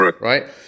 right